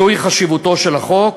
זוהי חשיבותו של החוק.